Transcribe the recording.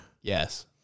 Yes